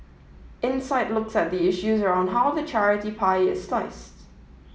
insight looks at the issues around how the charity pie is sliced